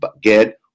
get